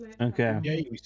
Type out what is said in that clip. Okay